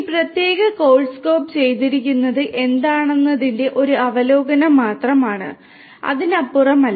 ഈ പ്രത്യേക course scope ചെയ്തിരിക്കുന്നത് എന്താണെന്നതിന്റെ ഒരു അവലോകനം മാത്രമാണ് അതിനപ്പുറം അല്ല